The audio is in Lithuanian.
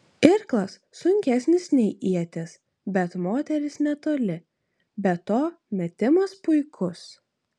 irklas sunkesnis nei ietis bet moteris netoli be to metimas puikus